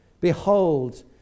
Behold